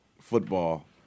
football